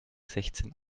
sechzehn